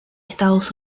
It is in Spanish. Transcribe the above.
estados